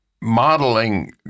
modeling